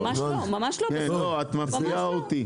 לא, את מחזירה אותי.